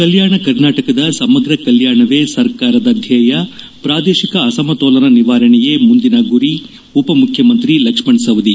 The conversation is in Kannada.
ಕಲ್ಟಾಣ ಕರ್ನಾಟಕದ ಸಮಗ್ರ ಕಲ್ಲಾಣವೇ ಸರ್ಕಾರದ ಧ್ಯೇಯ ಪ್ರಾದೇಶಿಕ ಅಸಮತೋಲನೆ ನಿವಾರಣೆಯೇ ಮುಂದಿನ ಗುರಿ ಉಪಮುಖ್ಯಮಂತ್ರಿ ಲಕ್ಷ್ಮಣ ಸವದಿ